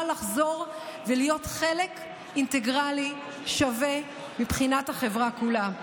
לחזור ולהיות חלק אינטגרלי שווה מבחינת החברה כולה.